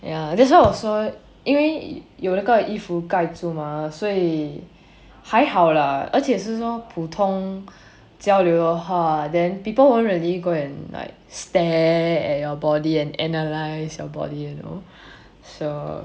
ya that's why 我说因为有那个衣服盖住吗所以还好啦而且是说普通交流的话 then people won't really go and like stare at your body and analyse your body you know so